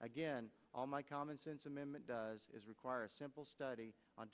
again on my commonsense amendment does require a simple study on